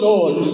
Lord